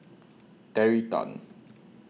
Terry Tan